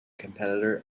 competitor